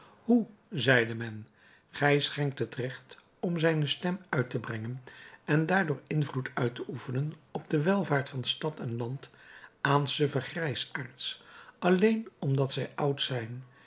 hoe zeide men gij schenkt het recht om zijne stem uit te brengen en daardoor invloed uit te oefenen op de welvaart van stad en land aan suffende grijsaards alleen omdat zij oud zijn